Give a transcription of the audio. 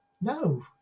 no